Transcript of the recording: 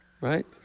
right